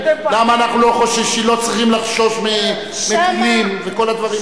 למה אנחנו לא צריכים לחשוש מטילים וכל הדברים האלה.